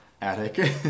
Attic